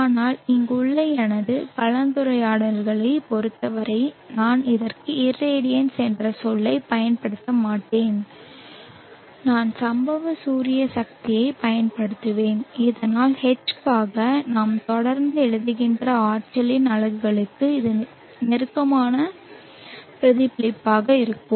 ஆனால் இங்குள்ள எனது கலந்துரையாடல்களைப் பொறுத்தவரை நான் இதற்கு irradiance என்ற சொல்லைப் பயன்படுத்த மாட்டேன் நான் சம்பவ சூரிய சக்தியைப் பயன்படுத்துவேன் இதனால் H க்காக நாம் தொடர்ந்து எழுதுகின்ற ஆற்றலின் அலகுகளுக்கு இது நெருக்கமாக பிரதிபலிக்கிறது